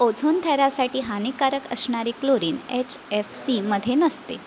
ozone थरासाठी हानिकारक असणारे क्लोरिन एच एफ सीमध्ये नसते